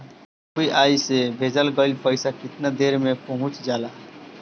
UPI से भेजल गईल पईसा कितना देर में पहुंच जाला?